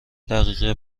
دقیقه